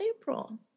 April